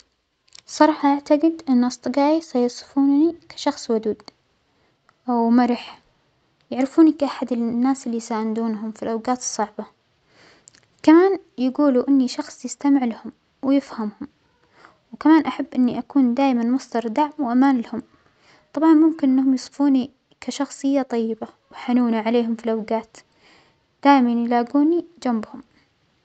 الصراحة أعتقد أن أصدقائى سيصفوننى إنى شخص ودود أو مرح، يعرفوننى كأحد الناس اللى يساندونهم في الأوقات الصعبة، كمان يقولوا إغنى شخص يستمع لهم ويفهمهم، وكمان أحب إنى أكون مصدر دعم وأمان لهم، طبعا ممكن أنهم يصفونى كشخصية طيبة وحنونة عليهم في الأوجات دائما يلاجونى جنبهم.